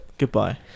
goodbye